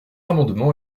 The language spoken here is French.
amendement